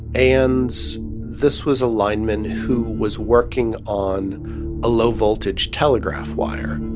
and this was a lineman who was working on a low-voltage telegraph wire